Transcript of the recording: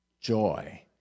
joy